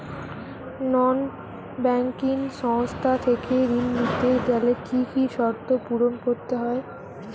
নন banking সংস্থা থেকে ঋণ নিতে গেলে কি কি শর্ত পূরণ করতে হয়?